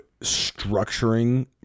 structuring